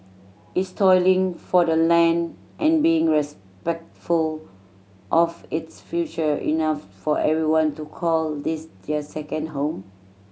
is toiling for the land and being respectful of its future enough for everyone to call this their second home